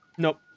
Nope